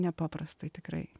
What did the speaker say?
nepaprastai tikrai